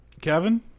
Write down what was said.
Kevin